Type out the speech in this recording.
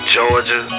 Georgia